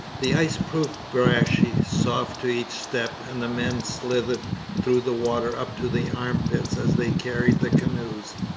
the ice proved brashy, soft to each step, and the men slithered through the water up to the armpits as they carried the canoes.